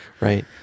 Right